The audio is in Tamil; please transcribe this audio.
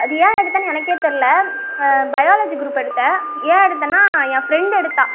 அது ஏன் எடுத்தேன்னு எனக்கே தெரில பையாலஜி குரூப் எடுத்தேன் ஏன் எடுத்தேன்னா என் ஃபிரெண்ட் எடுத்தாள்